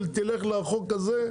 ותלך לחוק הזה,